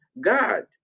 God